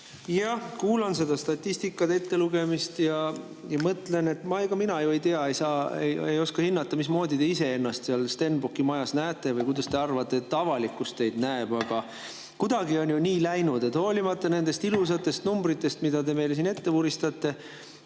Kuulan seda statistika ettelugemist ja mõtlen – mina ju ei tea, ei saa ega oska hinnata –, mismoodi te iseennast seal Stenbocki majas näete või kuidas te arvate, et avalikkus teid näeb. Kuidagi on ju nii läinud, et hoolimata nendest ilusatest numbritest, mida te meile siin ette vuristate,